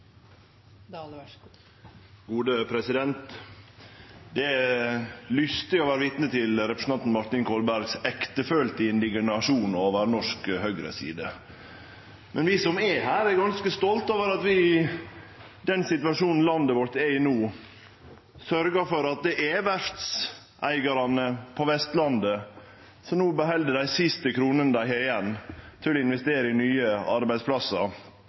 Det er lystig å vere vitne til representanten Martin Kolbergs ektefølte indignasjon over den norske høgresida. Men vi som er her, er ganske stolte over at vi i den situasjonen landet vårt er i no, sørgjer for at verftseigarane på Vestlandet no beheld dei siste kronene dei har igjen og kan investere i nye